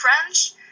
French